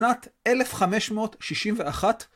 שנת 1561.